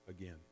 again